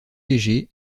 légers